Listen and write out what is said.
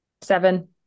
Seven